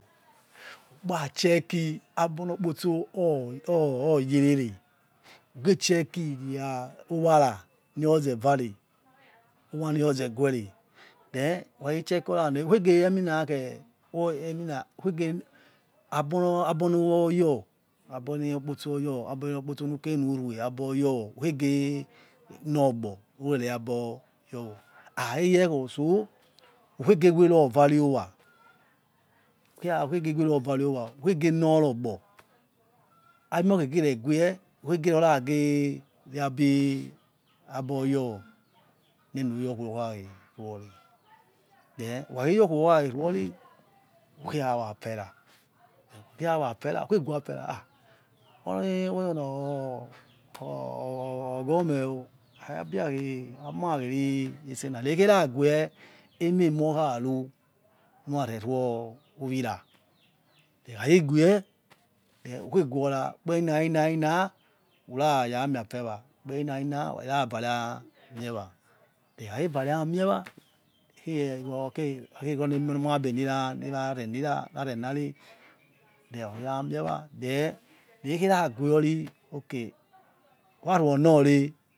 Ukpachecki abororiokotso or oryere ugee ugechecki their owara mirozevare owaniroze there then who khachecki orane ukegeyrinh eh emin aboni awana your aboniokpotos oyar oriokpo otso nukerenu rue abonokposto otor who khege nor ogbor ukhere abory or ekheime otso ykhegewero iorio owa ukhege werovaroio wa ukhege nor ror ogbo emokhe geregue ukege rora riabi riabor yorrwo nenuror khara khe ruori them who khakhe yor ki whotehakeruri ukerawafera ha onewere na owe on on ghomeh o birakheri abimakheri retse na rekherague eme mu raru nurare nio owira hen ekhakhegue then uko ukhe guora ukpere nina nina uraya miafeua ukper nina nina ware miewa then ekhakhe rare amiewa eke arkhe ruonumabe ni ra warenari then okhara miewa then rekhera guoriok waronaore